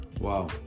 wow